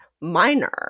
minor